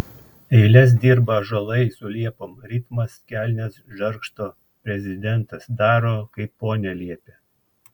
eiles dirba ąžuolai su liepom ritmas kelnes žargsto prezidentas daro kaip ponia liepia